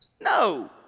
no